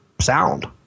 sound